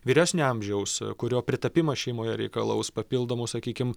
vyresnio amžiaus kurio pritapimas šeimoje reikalaus papildomų sakykim